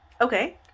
okay